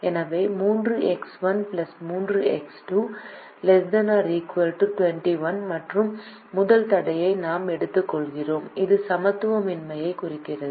எனவே 3X1 3X2 ≤ 21 என்ற முதல் தடையை நாம் எடுத்துக் கொள்கிறோம் இது சமத்துவமின்மையைக் கொண்டுள்ளது